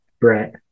Brett